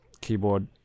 keyboard